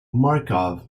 markov